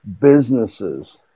businesses